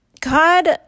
God